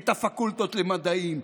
את הפקולטות למדעים,